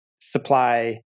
supply